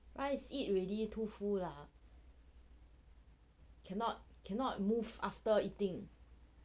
rice eat ready too full lah cannot cannot move after eating